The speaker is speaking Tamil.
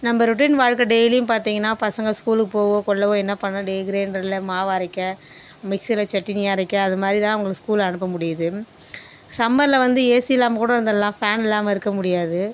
நம்ப ரொட்டின் வாழ்க்கை டெய்லியும் பார்த்தீங்கன்னா பசங்க ஸ்கூலுக்கு போகவோ கொள்ளவோ என்ன பண்ணுறது கிரைண்டரில் மாவு அரைக்க மிக்ஸில சட்டினி அரைக்க அதுமாரி தான் அவங்களை ஸ்கூல் அனுப்ப முடியுது சம்மரில் வந்து ஏசி இல்லாமல் கூட இருந்துவிடலாம் ஃபேன் இல்லாமல் இருக்க முடியாது